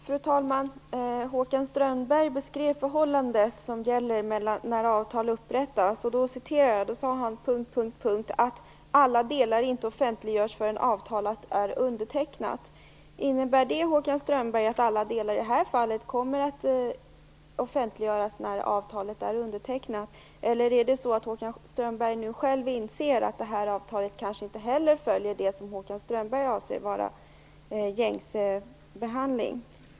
Fru talman! Håkan Strömberg beskrev förhållandet när avtal upprättas. Han sade att: "- alla delar inte offentliggörs förrän avtalet är undertecknat": Innebär det, Håkan Strömberg, att alla delar i detta fall kommer att offentliggöras när avtalet är undertecknat? Eller är det så att Håkan Strömberg själv nu inser att avtalshanteringen kanske inte följer det som Håkan Strömberg anser vara gängse behandling?